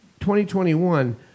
2021